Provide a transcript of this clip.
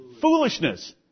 foolishness